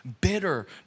bitter